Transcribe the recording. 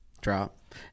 Drop